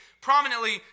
prominently